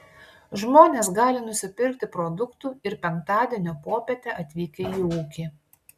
žmonės gali nusipirkti produktų ir penktadienio popietę atvykę į ūkį